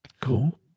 Cool